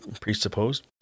presupposed